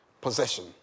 possession